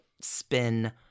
spin